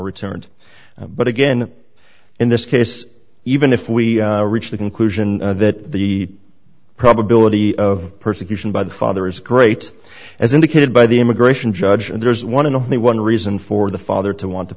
returned but again in this case even if we reach the conclusion that the probability of persecution by the father is great as indicated by the immigration judge and there's one and only one reason for the father to want to